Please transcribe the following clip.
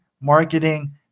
marketing